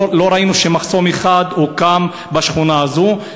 לא ראינו שמחסום אחד הוקם בשכונה הזאת,